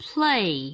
Play